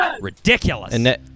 Ridiculous